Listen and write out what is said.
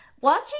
watching